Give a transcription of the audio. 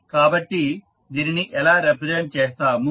కాబట్టి దీనిని ఎలా రిప్రజెంట్ చేస్తాము